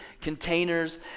containers